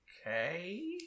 okay